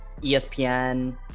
espn